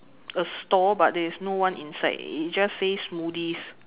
a stall but there's no one inside it just says smoothies